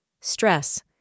Stress